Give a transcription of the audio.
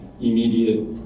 immediate